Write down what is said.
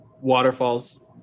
Waterfalls